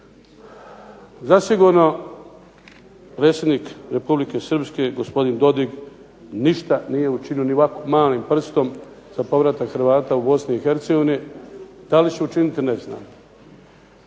Zasigurno predsjednik Republike Srpske gospodin Dodik, ništa nije učinio ni ovako malim prstom za povratak Hrvata u Bosnu i Hercegovinu. Da li će učiniti, ne znam.